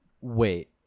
Wait